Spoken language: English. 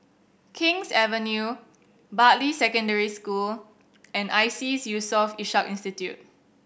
King's Avenue Bartley Secondary School and ISEAS Yusof Ishak Institute